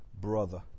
brother